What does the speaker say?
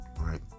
right